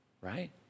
Right